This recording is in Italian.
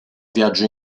viaggio